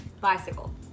bicycle